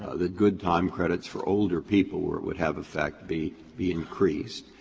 ah the good time credits for older people were would have effect, be be increased,